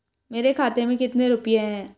मेरे खाते में कितने रुपये हैं?